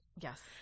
Yes